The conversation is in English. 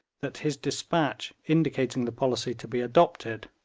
that his despatch indicating the policy to be adopted,